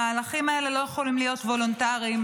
המהלכים האלה לא יכולים להיות וולונטריים.